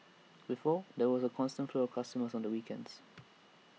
before there was A constant flow of customers on weekends